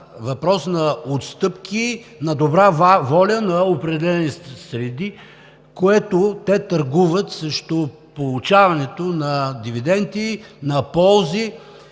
на отстъпки, на добра воля на определени среди, което те търгуват срещу получаването на дивиденти, на ползи.